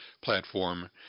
platform